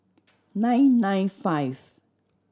nine nine five